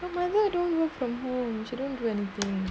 whatever I don't work from home shouldn't do anything